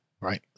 right